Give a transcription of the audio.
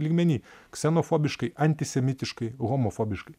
lygmeny ksenofobiškai antisemitiškai homofobiškai